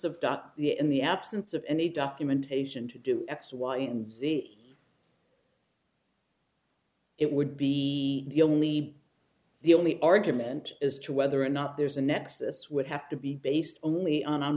the in the absence of any documentation to do x y and z it would be the only the only argument as to whether or not there's a nexus would have to be based only on